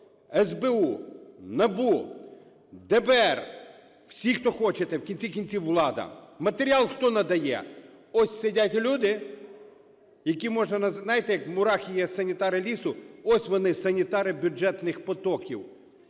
СБУ, НАБУ, ДБР – всі, хто хочете, в кінці кінців, влада. Матеріал хто надає? Ось сидять люди, які можна… знаєте, як мурахи є санітари лісу, ось вони – санітари бюджетних потоків.